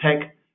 tech